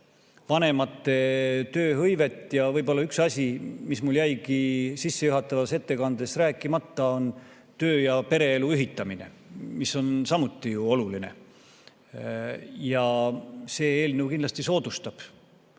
vanemate tööhõivet, siis võib-olla üks asi, mis mul jäigi sissejuhatavas ettekandes rääkimata, on töö‑ ja pereelu ühitamine, mis on ju samuti oluline. Ja see eelnõu kindlasti soodustab